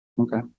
Okay